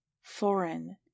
foreign